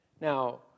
Now